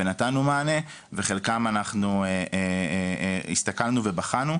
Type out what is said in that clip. ונתנו מענה וחלקן אנחנו הסתכלנו ובחנו.